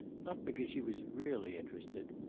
not because she was really interested,